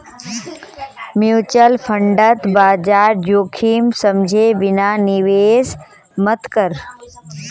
mutual फंडत बाजार जोखिम समझे बिना निवेश मत कर